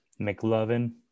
mclovin